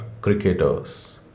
cricketers